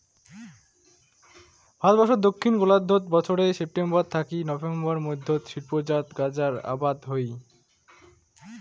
ভারতবর্ষত দক্ষিণ গোলার্ধত বছরে সেপ্টেম্বর থাকি নভেম্বর মধ্যত শিল্পজাত গাঁজার আবাদ হই